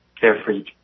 carefree